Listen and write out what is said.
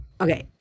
okay